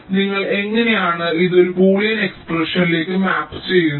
അതിനാൽ നിങ്ങൾ എങ്ങനെയാണ് ഇത് ഒരു ബൂളിയൻ എക്സ്പ്രഷനിലേക്ക് മാപ്പ് ചെയ്യുന്നത്